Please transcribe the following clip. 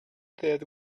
death